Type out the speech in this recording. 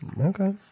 okay